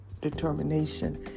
determination